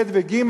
ב' וג'?